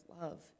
love